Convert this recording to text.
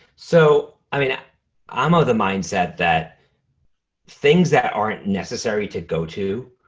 so i mean i'm of the mindset that things that aren't necessary to go to,